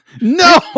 no